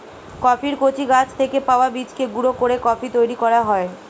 কফির কচি গাছ থেকে পাওয়া বীজকে গুঁড়ো করে কফি তৈরি করা হয়